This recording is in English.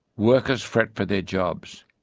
workers fret for their jobs.